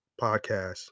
podcast